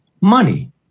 Money